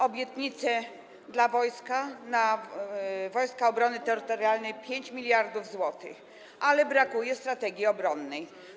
Obietnice dla wojska: na Wojska Obrony Terytorialnej - 5 mld zł, ale brakuje strategii obronnej.